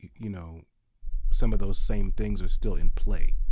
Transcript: you know some of those same things are still in play.